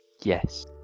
Yes